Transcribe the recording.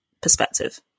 perspective